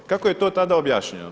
Kako je to tada objašnjeno?